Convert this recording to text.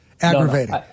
aggravating